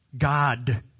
God